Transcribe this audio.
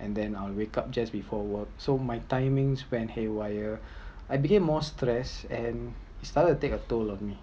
and then I’ll wake up just before work so my timing went haywired I became more stress and started to take a tow on me